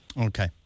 Okay